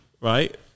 right